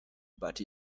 but